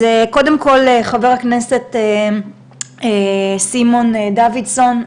אז קודם כל חבר הכנסת סימון דוידסון,